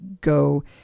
go